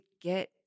get